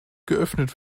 geöffnet